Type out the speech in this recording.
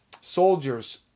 soldiers